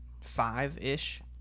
five-ish